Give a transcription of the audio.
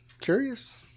curious